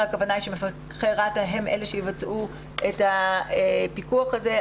הכוונה היא שמפקחי רת"א הם אלה שיבצעו את הפיקוח הזה,